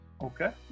Okay